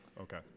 Okay